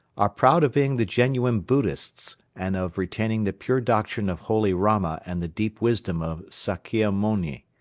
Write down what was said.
are proud of being the genuine buddhists and of retaining the pure doctrine of holy rama and the deep wisdom of sakkia-mouni.